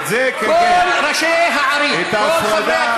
את ההפרדה,